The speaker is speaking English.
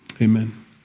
amen